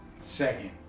Second